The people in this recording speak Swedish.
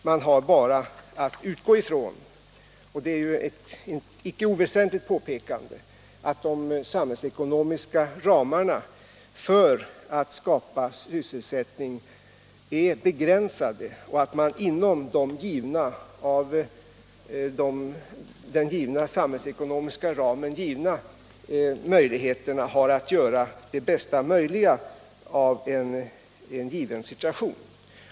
Man har bara att utgå från — och det är ju ett icke oväsentligt påpekande — att de samhällsekonomiska möjligheterna att skapa sysselsättning är begränsade och att man genom de givna möj ligheterna, inom den samhällsekonomiska ramen, har att göra det bästa möjliga av situationen.